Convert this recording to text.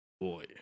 Boy